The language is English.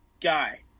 guy